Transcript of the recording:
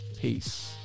Peace